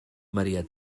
maria